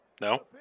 No